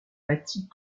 bâties